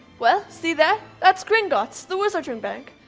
well see there? that's gringott's, the wizard bank.